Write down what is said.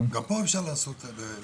גם פה אפשר לעשות את זה,